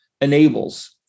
enables